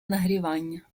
нагрівання